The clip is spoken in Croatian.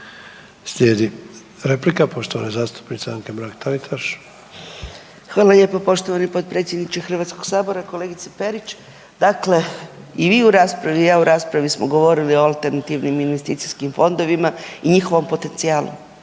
Sljedeća replika poštovane zastupnice Anke Mrak Taritaš. **Mrak-Taritaš, Anka (GLAS)** Hvala lijepo poštovani potpredsjedniče HS-a. Kolegice Perić, dakle i vi u raspravi i ja u raspravi smo govorili o alternativnim investicijskim fondovima i njihovom potencijalu